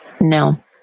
No